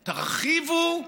תרחיבו,